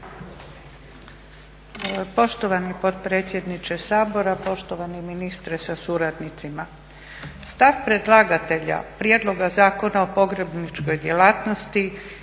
Poštovani potpredsjedniče Sabora, poštovani ministre sa suradnicima. Stav predlagatelja Prijedloga zakona o pogrebničkoj djelatnosti